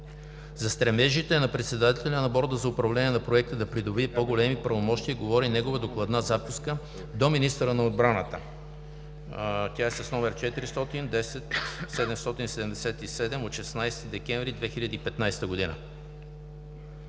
За стремежите на председателя на Борда за управление на проекта да придобие по големи правомощия говори негова докладна записка до министъра на отбраната – тя е с № 400 10-777 от 16 декември 2015 г.